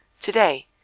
today.